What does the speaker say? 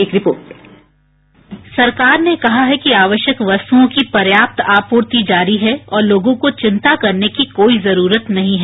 एक report bite सरकार ने कहा है कि आवश्यक वस्तुओं की पर्याप्त आपूर्ति जारी है और लोगों को चिंता करने की कोई जरूरत नहीं है